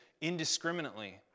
indiscriminately